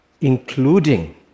including